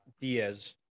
Diaz